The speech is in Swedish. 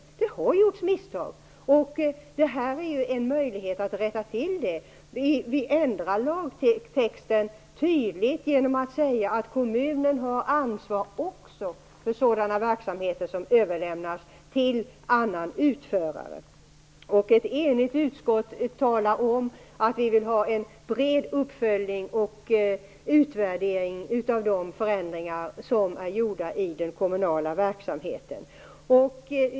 Det har alltså gjorts misstag. Här har vi en en möjlighet att rätta till det hela. Vi ändrar lagtexten tydligt genom att säga att kommunen också har ansvar för sådana verksamheter som överlämnas till annan utförare. Ett enigt utskott säger att vi vill ha en bred uppföljning och en utvärdering av de förändringar som är gjorda i den kommunala verksamheten.